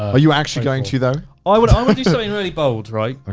are you actually going to though? i wanna um do something really bold. right? ah